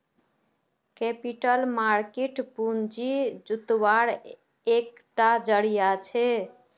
capital market पूँजी जुत्वार एक टा ज़रिया छे